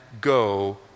go